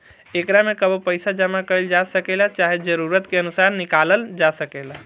एकरा में कबो पइसा जामा कईल जा सकेला, चाहे जरूरत के अनुसार निकलाल जा सकेला